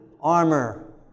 armor